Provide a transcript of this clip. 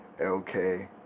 LK